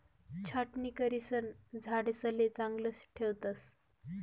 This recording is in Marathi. छाटणी करिसन झाडेसले चांगलं ठेवतस